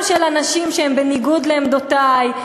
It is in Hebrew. גם של אנשים שעמדותיהם מנוגדות לעמדותי.